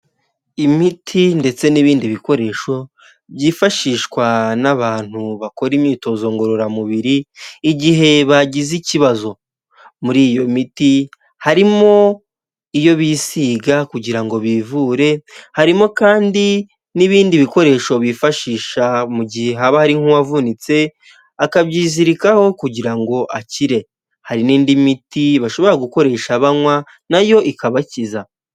Imiti ndetse n'ibindi bikoresho byifashishwa n'abantu bakora imyitozo ngororamubiri igihe bagize ikibazo, muri iyo miti harimo iyo bisiga kugirango bivure, harimo kandi n'ibindi bikoresho bifashisha mu gihe haba hari nk'uwavunitse akabyizirikaho kugira ngo akire, hari n'indi miti bashobora gukoresha banywa nayo ikabakiza.